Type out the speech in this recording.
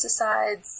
pesticides